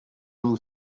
vous